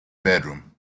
bedroom